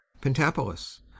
Pentapolis